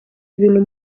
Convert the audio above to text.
ibintu